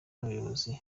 n’ubuyobozi